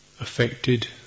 affected